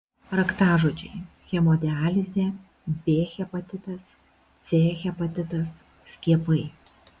raktažodžiai hemodializė b hepatitas c hepatitas skiepai